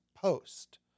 post